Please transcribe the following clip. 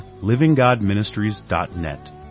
livinggodministries.net